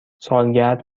سالگرد